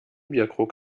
bierkrug